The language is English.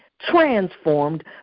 transformed